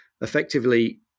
effectively